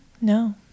No